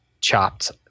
chopped